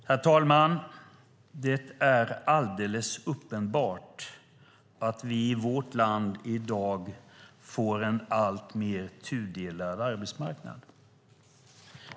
Herr talman! Det är alldeles uppenbart att vi i vårt land i dag får en alltmer tudelad arbetsmarknad.